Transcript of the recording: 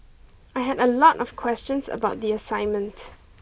I had a lot of questions about the assignments